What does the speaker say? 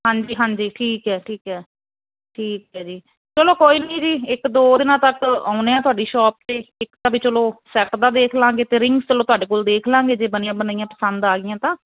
ਹਾਂਜੀ ਹਾਂਜੀ ਠੀਕ ਐ ਠੀਕ ਐ ਠੀਕ ਐ ਜੀ ਚਲੋ ਕੋਈ ਨਹੀਂ ਜੀ ਇੱਕ ਦੋ ਦਿਨਾਂ ਤੱਕ ਆਉਨੇ ਆ ਤੁਹਾਡੀ ਸ਼ੋਪ ਤੇ ਇੱਕ ਤਾਂ ਵੀ ਚਲੋ ਸੈੱਟ ਦਾ ਦੇਖ ਲਾਂਗੇ ਤੇ ਰਿੰਗਸ ਚੋਲ ਤੁਹਾਡੇ ਕੋਲ ਦੇਖ ਲਾਂਗੇ ਜੇ ਬਨੀਆਂ ਬਨਾਈਆਂ ਪਸੰਦ ਆ ਗਈਆਂ ਤਾਂ